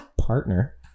partner